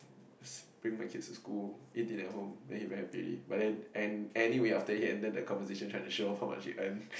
bring my kid to school eat dinner at home then very happily but then and anywhere after here enter the conversation tradition of how much he earns